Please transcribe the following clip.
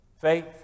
faith